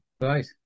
Right